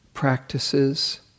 practices